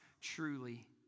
truly